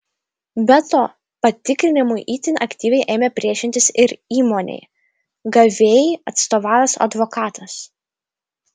be to patikrinimui itin aktyviai ėmė priešintis ir įmonei gavėjai atstovavęs advokatas